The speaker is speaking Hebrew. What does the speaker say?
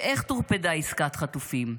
ואיך טורפדה עסקת חטופים,